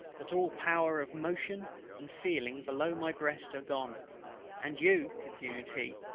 that all power of motion and feeling below my breast are gone and you continued he,